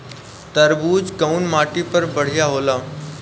तरबूज कउन माटी पर बढ़ीया होला?